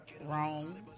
Wrong